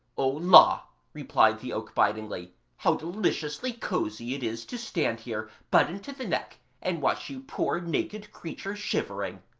oh, la replied the oak bitingly, how deliciously cosy it is to stand here buttoned to the neck and watch you poor naked creatures shivering